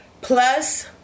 plus